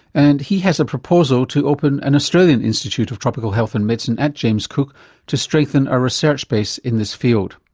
and he has a proposal to open an australian institute of tropical health and medicine at james cook to strengthen our research base in this field.